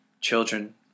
children